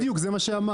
בדיוק, זה מה שאמרתי.